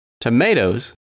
tomatoes